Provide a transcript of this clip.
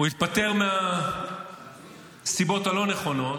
הוא התפטר מהסיבות הלא נכונות.